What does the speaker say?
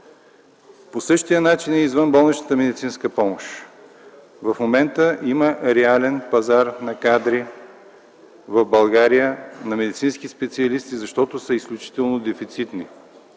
По същия начин е и извънболничната медицинска помощ. В момента има реален пазар на кадри в България, на медицински специалисти, защото са изключително дефицитни.